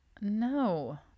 No